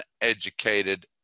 uneducated